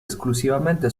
esclusivamente